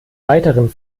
weiteren